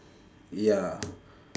ya